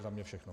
Za mne všechno.